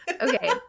Okay